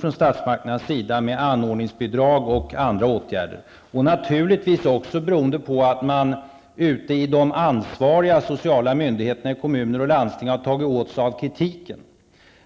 från statsmakternas sida med anordningsbidrag och andra åtgärder. Naturligtvis beror det också på att man ute i de ansvariga sociala myndigheterna i kommuner och landsting har tagit åt sig av kritiken.